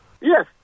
Yes